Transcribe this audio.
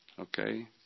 Okay